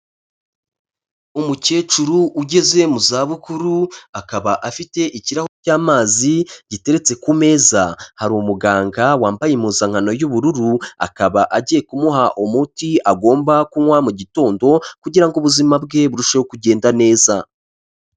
Umukecuru ugeze mu zabukuru akaba afite ikirahure cy'amazi giteretse ku meza, hari umuganga wambaye impuzankano y'ubururu akaba agiye kumuha umuti agomba kunywa mugitondo kugira ngo ubuzima bwe burusheho kugenda neza.